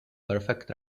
perfect